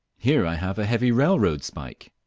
here i have a heavy railroad spike.